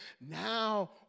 now